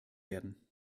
werden